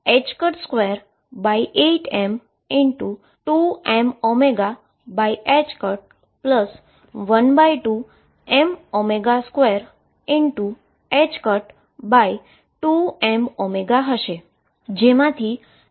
આ 28m2mω12m22mω હશે જેમાથી ℏω2 મળશે